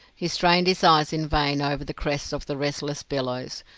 he strained his eyes in vain over the crests of the restless billows,